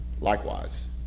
Likewise